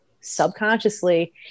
subconsciously